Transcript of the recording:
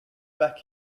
back